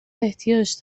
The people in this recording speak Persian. احتیاج